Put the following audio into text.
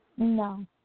No